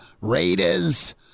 Raiders